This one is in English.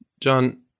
John